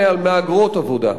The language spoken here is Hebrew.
אלא על מהגרות עבודה.